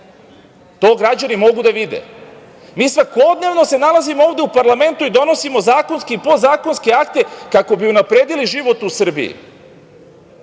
To građani mogu da vide. Mi se svakodnevno nalazimo ovde u parlamentu i donosimo zakonske akte, kako bi unapredili život u Srbiji.